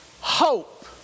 hope